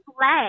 leg